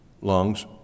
lungs